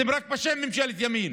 אתם רק בשם ממשלת ימין.